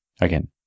Again